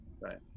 right